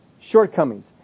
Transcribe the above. shortcomings